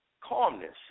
calmness